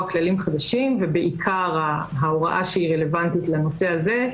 כלים חדשים ובעיקר ההוראה שהיא רלוונטית לנושא הזה,